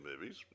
movies